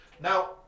Now